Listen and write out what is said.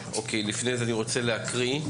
לפני זה אני רוצה להקריא.